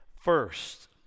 first